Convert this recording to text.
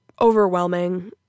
overwhelming